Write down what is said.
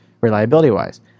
reliability-wise